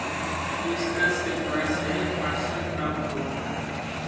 hibiscus के पेंड़ से पटसन प्राप्त होव हई